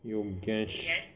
Yogesh